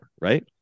Right